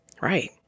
Right